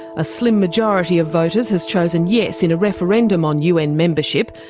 a slim majority of voters has chosen yes in a referendum on un membership,